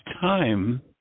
time